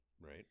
Right